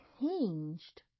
changed